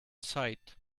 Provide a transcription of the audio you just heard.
sight